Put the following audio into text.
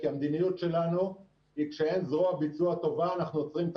כי המדיניות שלנו היא כשאין זרוע ביצוע טובה אנחנו עוצרים את